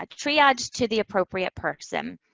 ah triaged to the appropriate person.